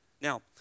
Now